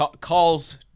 calls